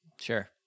Sure